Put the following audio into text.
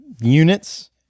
units